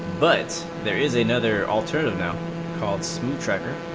but there is another alternative route calls